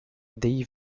dave